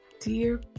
dear